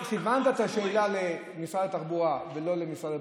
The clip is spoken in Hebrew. כיוונת את השאלה למשרד התחבורה ולא למשרד הבריאות,